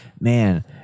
Man